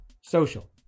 Social